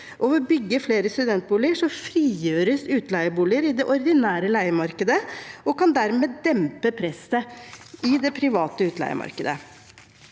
å bygge flere studentboliger frigjøres utleieboliger i det ordinære leiemarkedet, og det kan dermed dempe presset i det private utleiemarkedet.